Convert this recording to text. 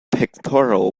pictorial